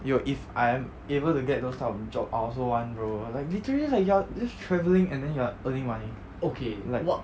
yo if I am able to get those type of job I also want bro like literally like you are just travelling and then you are earning money